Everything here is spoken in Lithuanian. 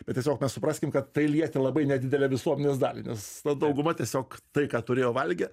bet tiesiog mes suprasim kad tai lietė labai nedidelę visuomenės dalį nes na dauguma tiesiog tai ką turėjo valgė